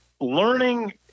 learning